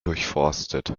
durchforstet